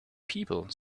people